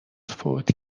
فوت